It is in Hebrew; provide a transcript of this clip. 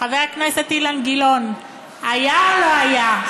חבר הכנסת אילן גילאון, היה או לא היה?